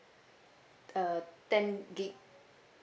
uh ten gig